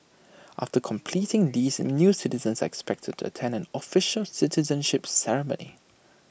after completing these new citizens are expected to attend an official citizenship ceremony